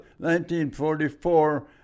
1944